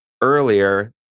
earlier